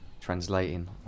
translating